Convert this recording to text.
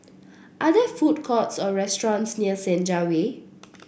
are there food courts or restaurants near Senja Way